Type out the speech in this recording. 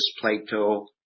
Plato